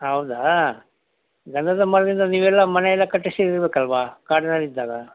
ಹೌದಾ ಗಂಧದ ಮರದಿಂದ ನೀವೆಲ್ಲ ಮನೆಯೆಲ್ಲ ಕಟ್ಟಿಸಿ ಇರಬೇಕಲ್ವಾ ಕಾಡಿನಲ್ಲಿದ್ದಾಗ